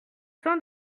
temps